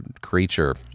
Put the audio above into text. creature